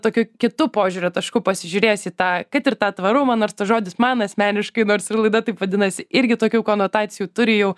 tokiu kitu požiūrio tašku pasižiūrės į tą kad ir tą tvarumą nors tas žodis man asmeniškai nors ir laida taip vadinasi irgi tokių konotacijų turi jau